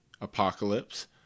Apocalypse